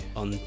on